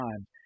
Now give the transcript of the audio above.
time